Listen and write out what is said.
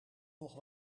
nog